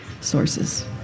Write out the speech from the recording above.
sources